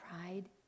pride